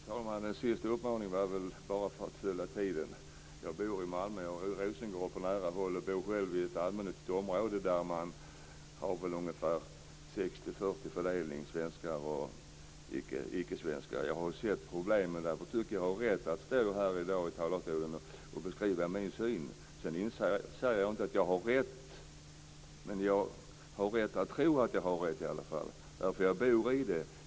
Herr talman! Den sista uppmaningen var väl bara ämnad att fylla ut tiden. Jag bor i Malmö. Jag har Rosengård på nära håll och bor själv i ett allmännyttigt område där fördelningen mellan svenskar och ickesvenskar är ungefär 60/40. Jag har sett problemen. Därför tycker jag att jag har rätt att stå här i dag i talarstolen och beskriva min syn. Sedan säger jag inte att jag har rätt, men jag har rätt att tro att jag har rätt. Jag bor i det.